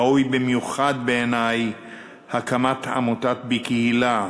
ראויה במיוחד בעיני הקמת עמותת "בקהילה",